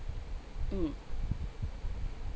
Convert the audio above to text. mm